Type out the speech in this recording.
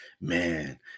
Man